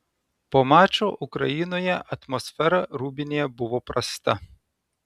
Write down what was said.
po mačo ukrainoje atmosfera rūbinėje buvo prasta